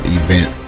event